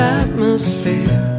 atmosphere